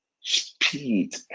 speed